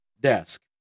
desk